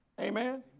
Amen